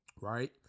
right